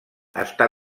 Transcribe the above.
està